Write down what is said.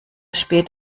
spät